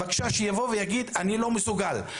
בבקשה שיבוא ויגיד אני לא מסוגל,